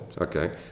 okay